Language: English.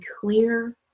clear